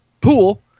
pool